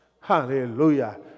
Hallelujah